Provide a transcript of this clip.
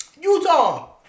Utah